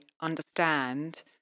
understand